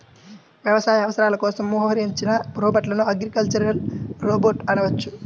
వ్యవసాయ అవసరాల కోసం మోహరించిన రోబోట్లను అగ్రికల్చరల్ రోబోట్ అనవచ్చు